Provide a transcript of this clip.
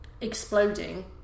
exploding